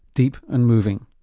deep and moving.